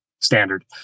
standard